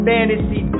Fantasy